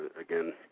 again